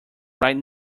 right